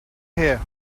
here